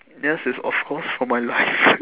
yes it's of course from my life